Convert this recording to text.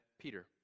Peter